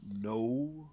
No